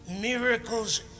miracles